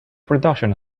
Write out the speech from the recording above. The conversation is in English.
production